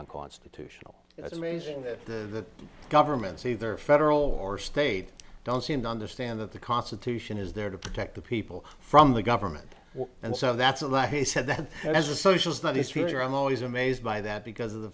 unconstitutional it's amazing that governments either federal or state don't seem to understand that the constitution is there to protect the people from the government and so that's not he said as a social studies teacher i'm always amazed by that because of the